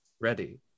ready